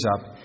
up